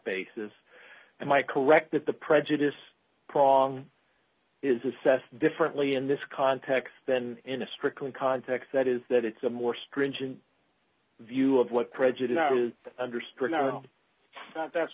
basis and my corrected the prejudice prong is assessed differently in this context then in a strictly context that is that it's a more stringent view of what prejudice understood no not that's